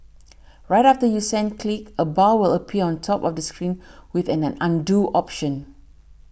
right after you send click a bar will appear on top of the screen with an an Undo option